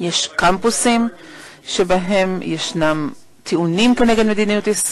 זהו כבוד גדול עבורנו לארח אותך כאן, בישראל